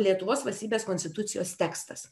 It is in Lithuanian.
lietuvos valstybės konstitucijos tekstas